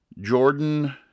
Jordan